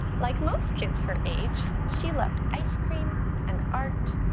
like most kids her age she loved ice cream and art.